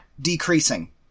Decreasing